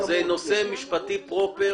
נושא משפטי פרופר,